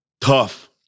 Tough